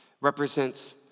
represents